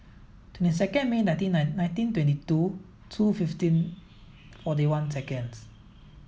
twenty second May nineteen nine nineteen twenty two two fifteen forty one seconds